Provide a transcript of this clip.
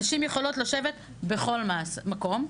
נשים יכולות לשבת בכל מקום,